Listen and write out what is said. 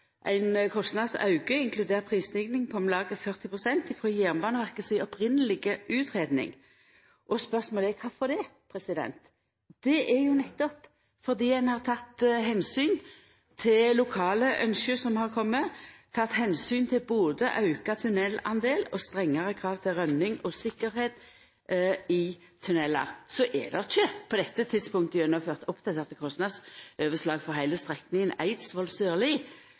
prisstigning, på om lag 40 pst. frå Jernbaneverket si opphavlege utgreiing. Spørsmålet er: Kvifor det? Det er nettopp fordi ein har teke omsyn til lokale ynske som har kome, teke omsyn til både auka tunneldel og strengare krav til rømming og tryggleik i tunnelar. Så er det ikkje på dette tidspunktet gjennomført oppdaterte kostnadsoverslag for heile strekninga